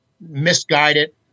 misguided